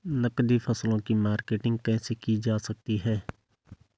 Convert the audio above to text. नकदी फसलों की मार्केटिंग कैसे की जा सकती है?